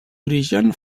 origen